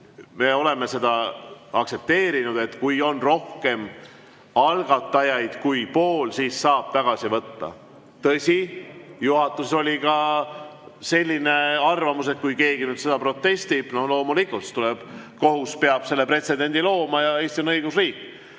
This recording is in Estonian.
Me oleme seda aktsepteerinud, et kui on rohkem algatajaid kui pool, siis saab tagasi võtta. Tõsi, juhatuses oli ka selline arvamus, et kui keegi selle vastu protestib, siis loomulikult kohus peab selle pretsedendi looma, sest Eesti on õigusriik.